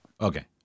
Okay